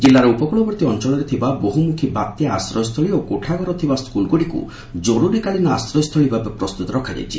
ଜିଲ୍ଲାର ଉପକୁଳବର୍ତୀ ଅଞ୍ଚଳରେ ଥିବା ବହ୍ମଖୀ ବାତ୍ୟା ଆଶ୍ରୟସ୍ଥଳୀ ଓ କୋଠାଘର ଥିବା ସ୍କୁଲଗୁଡ଼ିକୁ କରୁରୀକାଳୀନ ଆଶ୍ରୟସ୍ଚଳୀ ଭାବେ ପ୍ରସ୍ଠୁତ ରଖାଯାଇଛି